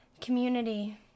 Community